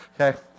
okay